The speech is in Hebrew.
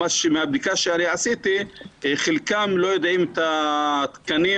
מהבדיקה שאני עשיתי עולה כי חלקם לא יודעים את התקנים